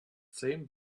same